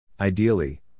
Ideally